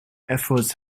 efforts